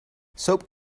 soap